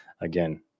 again